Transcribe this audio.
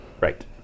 Right